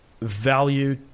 value